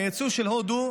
היצוא של הודו,